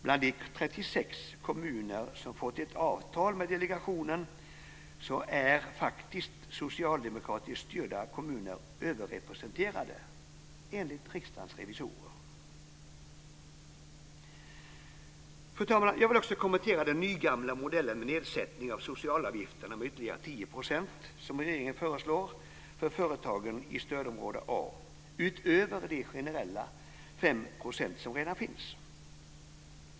Bland de 36 kommuner som fått ett avtal med delegationen är faktiskt socialdemokratiskt styrda kommuner överrepresenterade enligt Riksdagens revisorer. Fru talman! Jag vill också kommentera den nygamla modell med nedsättning av socialavgifterna med ytterligare 10 % som regeringen föreslår för företagen i stödområde A utöver de generella 5 % som redan finns.